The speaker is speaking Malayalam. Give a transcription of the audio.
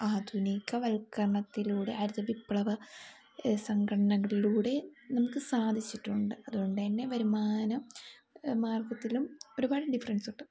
ആധുനിക വൽക്കരണത്തിലൂടെ ഹരിത വിപ്ലവ സംഘടനകളിലൂടെ നമുക്ക് സാധിച്ചിട്ടുണ്ട് അതുകൊണ്ടുതന്നെ വരുമാന മാർഗ്ഗത്തിലും ഒരുപാട് ഡിഫറൻസുണ്ട്